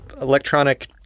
electronic